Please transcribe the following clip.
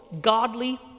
godly